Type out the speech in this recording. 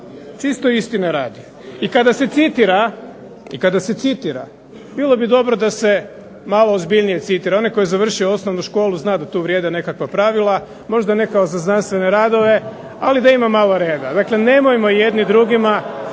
čisto istine radi. I kada se citira bilo bi dobro da se malo ozbiljnije citira. Onaj tko je završio osnovnu školu zna da tu vrijede nekakva pravila. Možda ne kao za znanstvene radove, ali da ima malo reda. Dakle, nemojmo jedni drugima